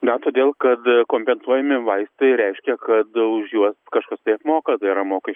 gal todėl kad kompensuojami vaistai reiškia kad už juos kažkas tai apmoka tai yra mokesčių mokėtojai